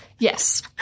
Yes